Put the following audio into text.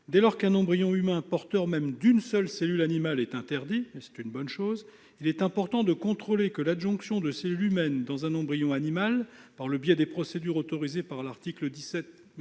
Dès lors qu'un embryon humain porteur même d'une seule cellule animale est interdit- c'est une bonne chose -, il est important de contrôler que l'adjonction de cellules humaines dans un embryon animal, par le biais des procédures autorisées par l'article 17,